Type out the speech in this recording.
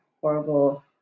horrible